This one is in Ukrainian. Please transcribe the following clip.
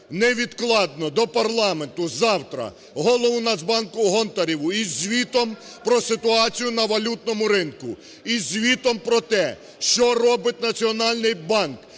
невідкладно до парламенту завтра голову Нацбанку Гонтареву із звітом про ситуацію на валютному ринку. Із звітом про те, що робить Національний банк,